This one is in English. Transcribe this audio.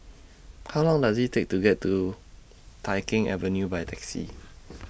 How Long Does IT Take to get to Tai Keng Avenue By Taxi